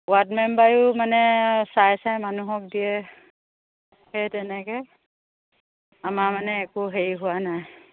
ward মেম্বাৰও মানে চাই চাই মানুহক দিয়ে সেই তেনেকৈ আমাৰ মানে একো হেৰি হোৱা নাই